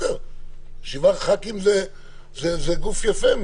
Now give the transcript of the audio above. שבעה ח"כים זה גוף יפה.